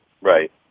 Right